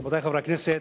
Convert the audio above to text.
רבותי חברי הכנסת,